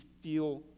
feel